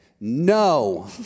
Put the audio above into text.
No